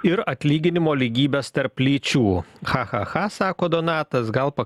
ir atlyginimo lygybės tarp lyčių cha cha cha sako donatas gal